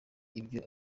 ibyo